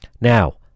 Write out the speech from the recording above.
Now